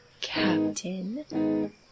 Captain